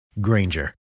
Granger